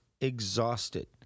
exhausted